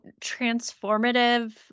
transformative